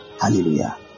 Hallelujah